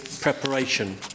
Preparation